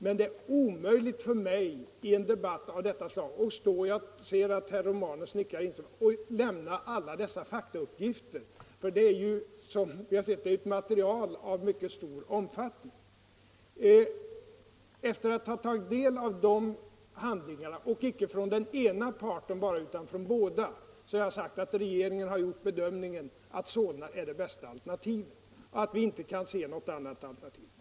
Men det är omöjligt för mig att i en debatt av detta slag — jag ser att herr Romanus nickar instämmande - lämna alla faktauppgifter, för det är ju ett material av mycket stor omfattning. Jag har sagt att regeringen efter att ha tagit del av dessa handlingar —- och inte bara från den ena parten utan från båda parterna — gjort bedömningen att Solna är bästa alternativet och att vi inte kan se något annat alternativ.